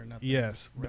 Yes